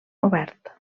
obert